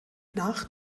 nach